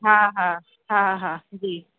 हा हा हा हा जी